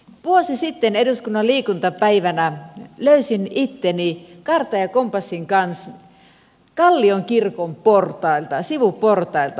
vuosi sitten eduskunnan liikuntapäivänä löysin itseni kartan ja kompassin kanssa kallion kirkon portailta sivuportailta